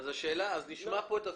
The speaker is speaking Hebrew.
אז נשמע פה את הפידבק.